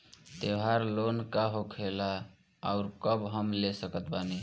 त्योहार लोन का होखेला आउर कब हम ले सकत बानी?